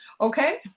okay